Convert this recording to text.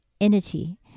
entity